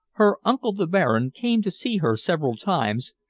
her uncle, the baron, came to see her several times,